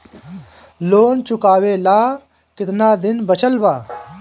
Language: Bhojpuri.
लोन चुकावे ला कितना दिन बचल बा?